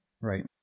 Right